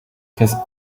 has